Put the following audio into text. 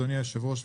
אדוני היושב-ראש,